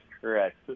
correct